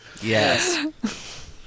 yes